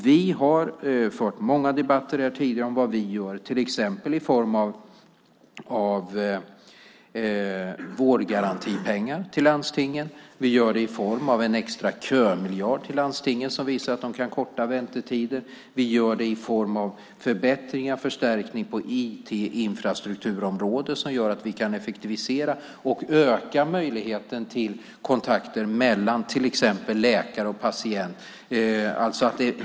Vi har i många debatter här tidigare framfört vad vi gör, till exempel i form av vårdgarantipengar till landstingen, i form av en extra kömiljard till landstingen som visar att de kan korta väntetider och i form av förbättring och förstärkning på IT-infrastrukturområdet som gör att vi kan effektivisera och öka möjligheten till kontakter mellan till exempel läkare och patient.